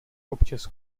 občas